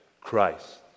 Christ